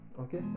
okay